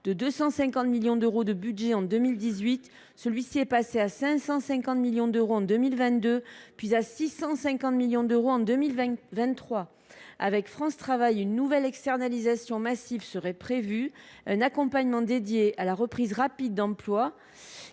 De 250 millions d’euros de budget en 2018, celui ci est passé à 550 millions d’euros en 2022, puis à 650 millions d’euros en 2023. Avec France Travail, une nouvelle externalisation massive est prévue. Un accompagnement dédié à la reprise rapide d’emploi